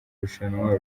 rushanwa